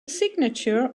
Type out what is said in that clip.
signature